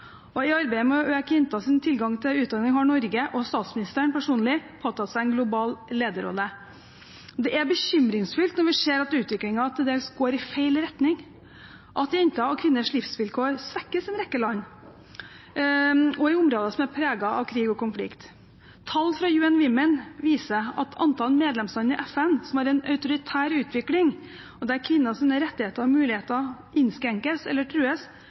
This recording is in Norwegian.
utviklingsarbeid. I arbeidet med å øke jenters tilgang til utdanning har Norge og statsministeren personlig påtatt seg en global lederrolle. Det er bekymringsfullt når vi ser at utviklingen til dels går i feil retning, at jenters og kvinners livsvilkår svekkes i en rekke land, og i områder som er preget av krig og konflikt. Tall fra UN Women viser at antall medlemsland i FN som har en autoritær utvikling, og der kvinners rettigheter og muligheter innskrenkes eller trues,